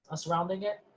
surrounding it.